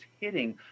hitting